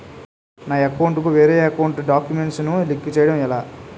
నా అకౌంట్ కు వేరే అకౌంట్ ఒక గడాక్యుమెంట్స్ ను లింక్ చేయడం ఎలా?